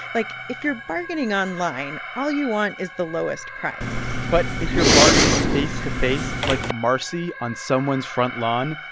like, if you're bargaining online, all you want is the lowest price but if you're bargaining face-to-face like marcie on someone's front lawn,